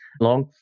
long